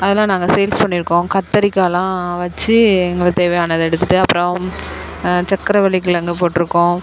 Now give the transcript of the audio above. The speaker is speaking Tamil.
அதெலாம் நாங்கள் சேல்ஸ் பண்ணியிருக்கோம் கத்தரிக்காயெலாம் வச்சு எங்களுக்கு தேவையானதை எடுத்துகிட்டு அப்புறம் சர்க்கரைவள்ளிக் கிழங்கு போட்டிருக்கோம்